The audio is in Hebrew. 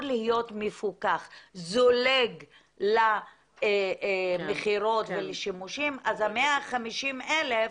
להיות מפוקח זולג למכירות ולשימושים אז ה-150 אלף,